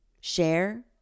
share